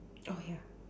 oh ya